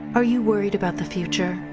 are you worried about the future.